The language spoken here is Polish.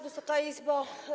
Wysoka Izbo!